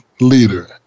leader